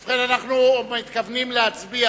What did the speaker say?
ובכן, אנו מתכוונים להצביע